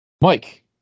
Mike